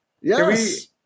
Yes